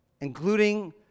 Including